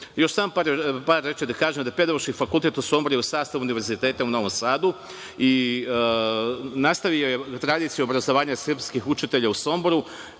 samo par reči da kažem, da Pedagoški fakultet u Somboru je u sastavu Univerziteta u Novom Sadu i nastavio je tradiciju obrazovanja srpskih učitelja u Somboru,